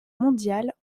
mondiale